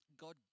God